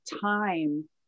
time